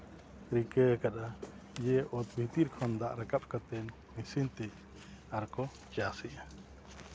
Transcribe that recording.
ᱨᱤᱠᱟᱹ ᱠᱟᱫᱟ ᱡᱮ ᱚᱛ ᱵᱷᱤᱛᱤᱨ ᱠᱷᱚᱱ ᱫᱟᱜ ᱨᱟᱠᱟᱵ ᱠᱟᱛᱮᱫ ᱢᱮᱥᱤᱱ ᱛᱮ ᱟᱨᱠᱚ ᱪᱟᱥ ᱮᱜᱼᱟ